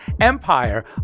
Empire